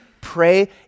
pray